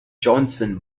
johnson